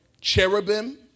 cherubim